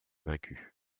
vaincues